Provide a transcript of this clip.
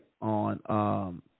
on –